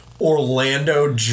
Orlando